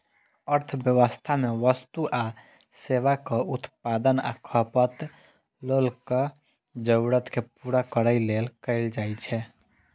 अर्थव्यवस्था मे वस्तु आ सेवाक उत्पादन आ खपत लोकक जरूरत कें पूरा करै लेल कैल जाइ छै